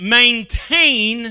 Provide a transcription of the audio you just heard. maintain